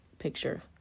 Picture